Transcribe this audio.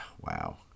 Wow